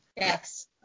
Yes